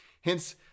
Hence